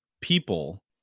people